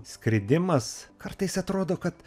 skridimas kartais atrodo kad